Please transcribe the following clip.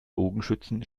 bogenschützen